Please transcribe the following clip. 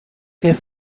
que